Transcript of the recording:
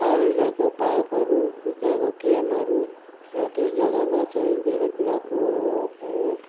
पानी ल्याएको पाइपहरू त्यहाँको क्याम्पहरू र त्यस जग्गामा चाहिँ धेरै कुराको